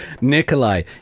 Nikolai